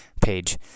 page